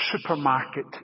supermarket